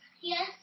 Yes